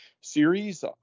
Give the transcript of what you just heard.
series